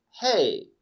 hey